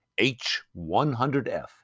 H100F